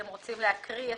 אתם רוצים להקריא אותו?